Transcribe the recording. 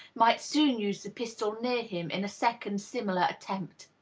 might soon use the pistol near him in a second similar attempt.